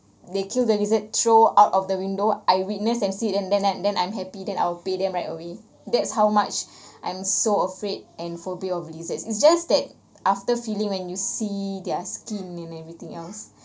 they kill the lizard throw out of the window I witness and see it and then and then I'm happy then I'll pay them right away that's how much I'm so afraid and phobia of lizards it's just that after feeling when you see their skin and everything else